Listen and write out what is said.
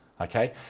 okay